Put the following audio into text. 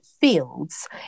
fields